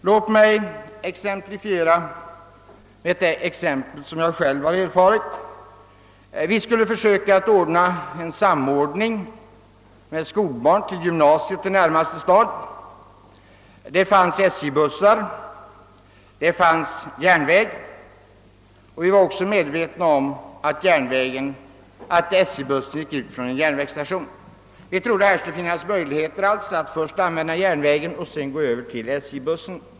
Låt mig ta ett exempel som jag själv har erfarit för några år sedan. Vi skulle försöka få till stånd en samordning av skjutsandet av skolbarn till gymnasiet i närmaste stad. Det fanns SJ-bussår, det fanns järnväg, och vi var också medvetna om att SJ-bussen utgick från en järnvägsstation. Vi trodde alltså att det här skulle finnas möjligheter att först använda järnvägen och sedan gå över till SJ-bussen.